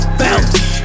bounce